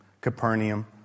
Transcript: Capernaum